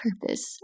purpose